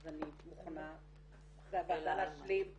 אני מוכנה להשלים,